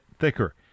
thicker